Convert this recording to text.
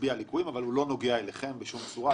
שהצביע על ליקויים שלא נוגעים אליכם בשום צורה,